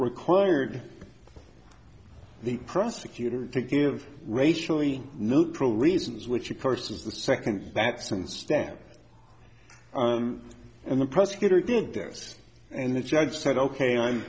required the prosecutor to give racially neutral reasons which of course is the second that since stan and the prosecutor did this and the judge said ok i'm